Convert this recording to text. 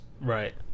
Right